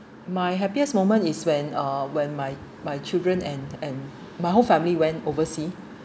my happiest moment is when uh when my my children and and my whole family went overseas